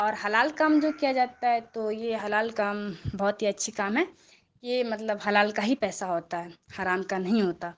اور حلال کام جو کیا جاتا ہے تو یہ حلال کام بہت ہی اچھی کام ہے یہ مطلب حلال کا ہی پیسہ ہوتا ہے حرام کا نہیں ہوتا